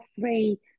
free